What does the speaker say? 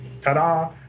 Ta-da